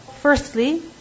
Firstly